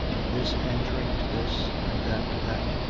and this answering to this and that to that.